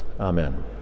Amen